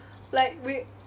like we